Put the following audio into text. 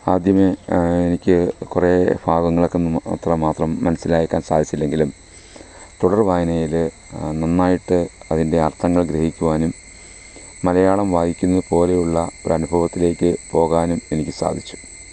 ആദ്യമേ എനിക്ക് കുറെ ഭാഗങ്ങളൊക്കെ അത്രമാത്രം മനസിലാക്കാൻ സാധിച്ചില്ലെങ്കിലും തുടർവായനയിൽ നന്നായിട്ട് അതിന്റെ അർത്ഥങ്ങൾ ഗ്രഹിക്കുവാനും മലയാളം വായിക്കുന്ന പോലെയുള്ള ഒരനുഭവത്തിലേക്ക് പോകാനും എനിക്ക് സാധിച്ചു